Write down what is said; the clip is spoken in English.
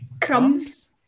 Crumbs